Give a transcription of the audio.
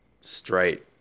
straight